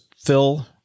Fill